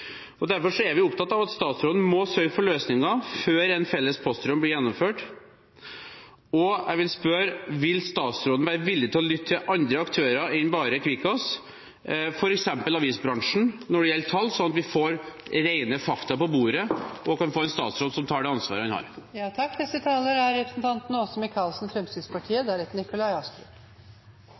Derfor er vi opptatt av at statsråden må sørge for løsninger før en felles poststrøm blir gjennomført. Jeg vil spørre: Vil statsråden – når det gjelder tall – være villig til å lytte til andre aktører enn bare Kvikkas, f.eks. avisbransjen, slik at vi får rene fakta på bordet og kan få en statsråd som tar det ansvaret han har? Nå har vi sett hele gullrekken i gang, og jeg er